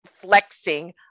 flexing